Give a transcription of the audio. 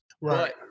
Right